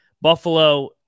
Buffalo